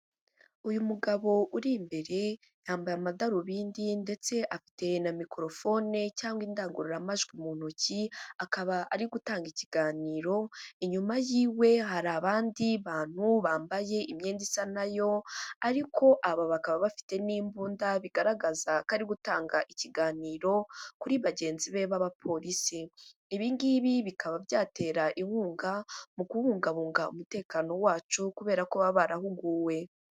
Uyu mugabo uri imbere yambaye amadarubindi ndetse afite na mikorofone cyangwa indangururamajwi mu ntoki, akaba ari gutanga ikiganiro, inyuma yiwe hari abandi bantu bambaye imyenda isa nayo ariko aba bakaba bafite n'imbunda, bigaragaza ko ari gutanga ikiganiro, kuri bagenzi be b'abapolisi, ibi ngibi bikaba byatera inkunga mu kubungabunga umutekano wacu kubera ko baba barahuguwe.